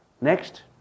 Next